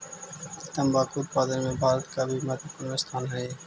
तंबाकू उत्पादन में भारत का भी महत्वपूर्ण स्थान हई